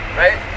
right